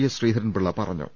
S Sreedharan Pillai പറഞ്ഞു